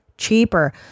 cheaper